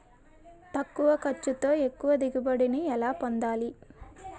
తక్కువ ఖర్చుతో ఎక్కువ దిగుబడి ని ఎలా పొందాలీ?